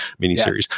miniseries